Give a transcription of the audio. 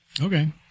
Okay